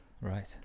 Right